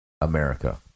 America